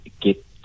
get